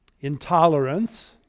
intolerance